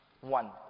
one